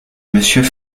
monsieur